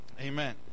amen